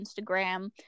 Instagram